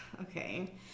okay